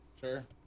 Sure